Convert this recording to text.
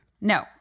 No